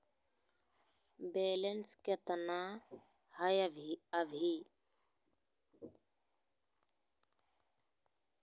Balance केतना हय अभी?